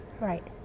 Right